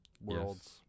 worlds